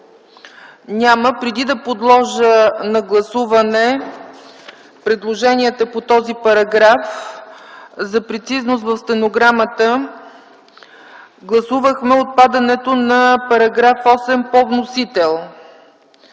няма. Преди да подложа на гласуване предложенията по този параграф за прецизност в стенограмата: гласувахме отпадането на § 8 по вносител.